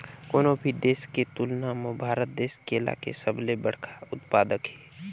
कोनो भी देश के तुलना म भारत देश केला के सबले बड़खा उत्पादक हे